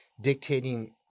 dictating